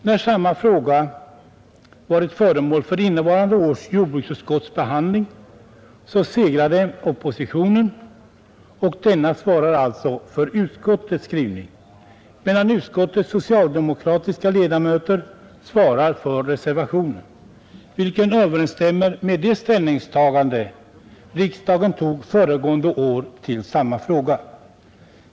När samma fråga varit föremål för innevarande års jordbruksutskotts behandling så segrade oppositionen, och denna svarar alltså för utskottets skrivning. Utskottets socialdemokratiska ledamöter svarar för reservationen, vilken överensstämmer med det ställningstagande riksdagen tog föregående år till samma fråga.